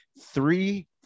Three